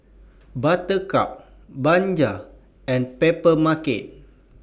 Buttercup Bajaj and Papermarket